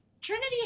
Trinity